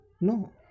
No